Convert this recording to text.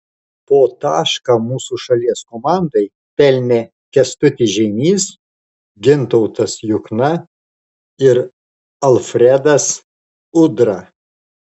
po tašką mūsų šalies komandai pelnė kęstutis žeimys gintautas juchna ir alfredas udra